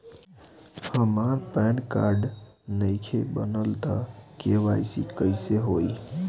हमार PAN card नईखे बनल त के.वाइ.सी कइसे होई?